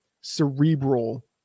cerebral